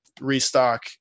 restock